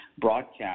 broadcast